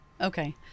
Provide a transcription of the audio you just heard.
Okay